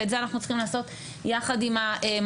ואת זה אנחנו צריכים לעשות ביחד עם המל"ג.